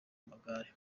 amagare